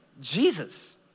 Jesus